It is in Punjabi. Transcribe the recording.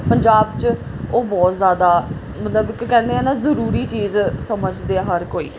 ਪੰਜਾਬ 'ਚ ਉਹ ਬਹੁਤ ਜ਼ਿਆਦਾ ਮਤਲਬ ਕਿ ਕਹਿੰਦੇ ਆ ਨਾ ਜ਼ਰੂਰੀ ਚੀਜ ਸਮਝਦੇ ਆ ਹਰ ਕੋਈ